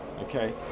Okay